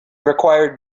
required